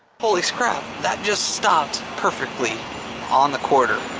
holy crap! that just stopped perfectly on the quarter.